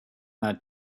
that